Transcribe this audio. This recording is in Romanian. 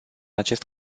acest